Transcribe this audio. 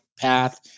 path